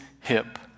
hip